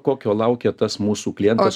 kokio laukia tas mūsų klientas